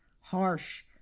harsh